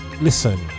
Listen